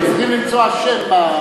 אנחנו צריכים למצוא אשם.